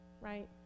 right